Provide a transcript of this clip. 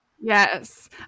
Yes